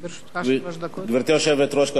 גברתי היושבת-ראש, קודם כול אני מברך אותך.